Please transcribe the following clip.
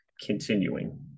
continuing